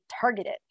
targeted